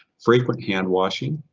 frequent hand washing,